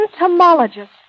entomologist